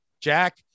Jack